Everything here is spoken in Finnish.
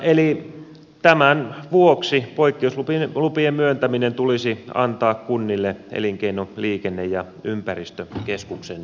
eli tämän vuoksi poikkeuslupien myöntäminen tulisi antaa kunnille elinkeino liikenne ja ympäristökeskuksen sijaan